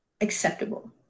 acceptable